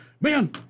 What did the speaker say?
man